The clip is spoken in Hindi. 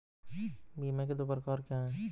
बीमा के दो प्रकार क्या हैं?